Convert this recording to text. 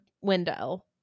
window